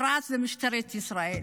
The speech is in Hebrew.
פרט למשטרת ישראל.